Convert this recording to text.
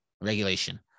regulation